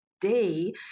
day